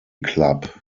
club